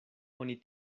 oni